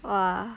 !wah!